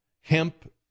hemp